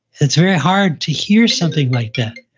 it's very hard to hear something like that.